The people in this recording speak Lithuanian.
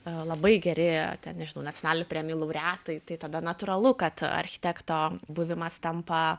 labai geri ten nežinau nacionalinių premijų laureatai tai tada natūralu kad architekto buvimas tampa